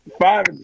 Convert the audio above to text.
five